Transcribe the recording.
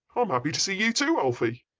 i'm happy to see you too, alfie!